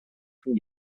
from